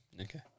Okay